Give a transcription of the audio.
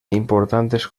importantes